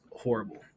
horrible